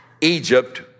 Egypt